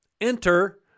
Enter